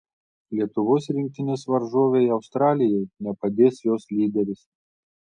lietuvos rinktinės varžovei australijai nepadės jos lyderis